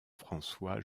françois